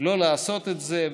לא לעשות את זה.